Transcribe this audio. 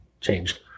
changed